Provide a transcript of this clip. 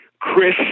Chris